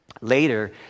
later